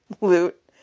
loot